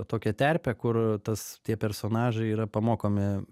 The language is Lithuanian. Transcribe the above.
tokią terpę kur tas tie personažai yra pamokomi